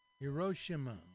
Hiroshima